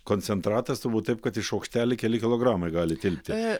koncentratas turbūt taip kad į šaukštelį keli kilogramai gali tilpti